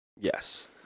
Yes